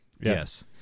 Yes